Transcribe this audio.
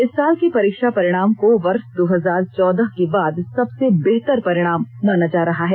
इस साल के परीक्षा परिणाम को वर्ष दो हजार चौदह के बाद सबसे बेहतर परिणाम माना जा रहा है